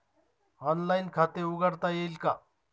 Online खाते उघडता येईल का?